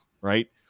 right